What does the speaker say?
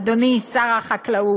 אדוני שר החקלאות.